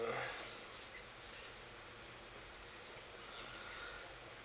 mm